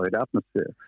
atmosphere